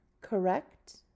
correct